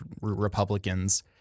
Republicans